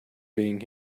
being